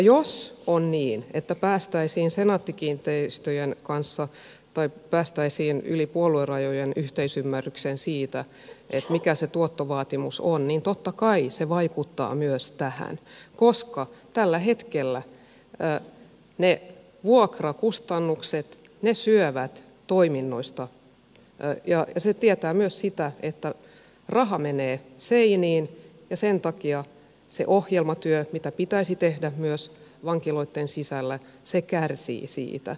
jos on niin että päästäisiin senaatti kiinteistöistä yli puoluerajojen yhteisymmärrykseen siitä mikä se tuottovaatimus on niin totta kai se vaikuttaa myös tähän koska tällä hetkellä ne vuokrakustannukset syövät toiminnoista ja se tietää myös sitä että raha menee seiniin ja sen takia se ohjelmatyö mitä pitäisi tehdä myös vankiloitten sisällä kärsii siitä